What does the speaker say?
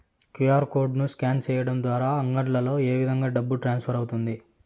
QR code ను scan సేయడం ద్వారా అంగడ్లలో ఏ విధంగా డబ్బు ట్రాన్స్ఫర్ అవుతుంది